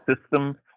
system